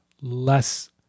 less